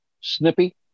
snippy